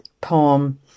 poem